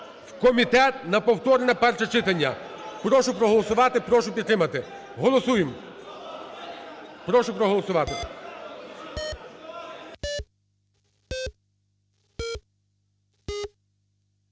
комітет на повторне перше читання. Прошу проголосувати, прошу підтримати. Голосуємо! Прошу проголосувати.